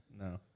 No